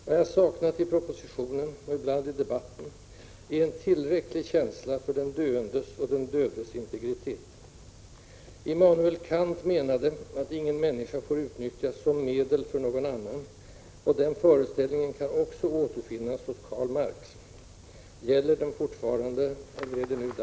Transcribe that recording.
Vad jag saknat i propositionen — och ibland i debatten — är en tillräcklig känsla för den döendes och den dödes integritet. Immanuel Kant menade att ingen människa får utnyttjas som medel för någon annan, och den föreställningen kan också återfinnas hos Karl Marx. Gäller den fortfarande — eller är det nu dags att revidera den? Prot.